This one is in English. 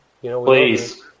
Please